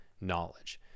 knowledge